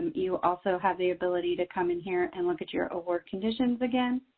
you also have the ability to come in here and look at your award conditions again,